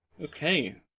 Okay